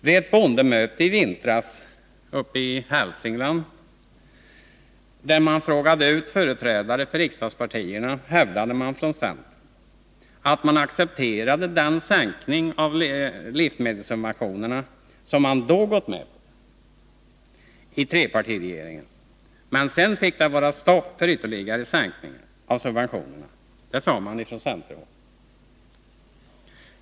Vid ett bondemöte i vintras uppe i Hälsingland, där företrädare för riksdagspartierna utfrågades, hävdade man från centern att man accepterade den sänkning av livsmedelssubventionerna som man då gått med på i trepartiregeringen, men sedan fick det vara stopp för ytterligare sänkning av subventionerna. Det sade man från centerhåll.